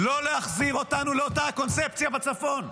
לא להחזיר אותנו לאותה הקונספציה בצפון.